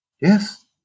Yes